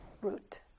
route